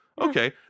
Okay